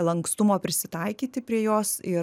lankstumo prisitaikyti prie jos ir